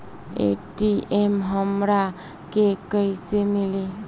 ATM हमरा के कइसे मिली?